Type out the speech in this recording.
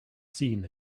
seen